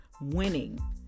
winning